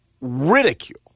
ridicule